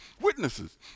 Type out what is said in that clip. witnesses